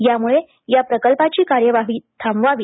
त्यामुळे या प्रकल्पाची कार्यवाही थांबवावी